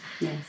Yes